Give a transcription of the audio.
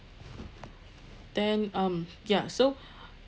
then um ya so